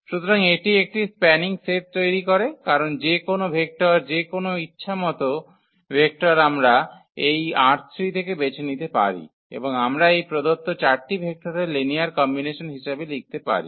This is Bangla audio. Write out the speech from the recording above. সুতরাং এটি একটি স্প্যানিং সেট তৈরি করে কারণ যে কোনও ভেক্টর যে কোনও ইচ্ছামত ভেক্টর আমরা এই ℝ3 থেকে বেছে নিতে পারি এবং আমরা এই প্রদত্ত 4 টি ভেক্টরের লিনিয়ার কম্বিনেশন হিসাবে লিখতে পারি